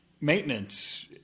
maintenance